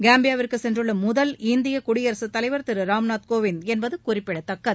காம்பியாவுக்கு சென்றுள்ள முதல் இந்திய குடியரகத் தலைவர் திரு ராம்நாத் கோவிந்த் என்பது குறிப்பிடத்தக்கது